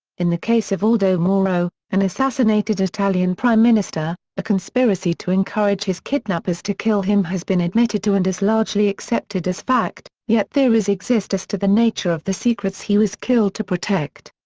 in the case of aldo moro, an assassinated italian prime minister, a conspiracy to encourage his kidnappers to kill him has been admitted to and is largely accepted as fact, yet theories exist as to the nature of the secrets he was killed to protect.